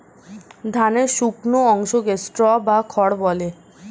ধানের শুকনো অংশকে স্ট্র বা খড় বলে